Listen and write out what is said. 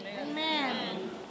Amen